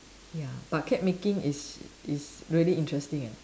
ya but cake making is is really interesting eh